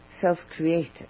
self-created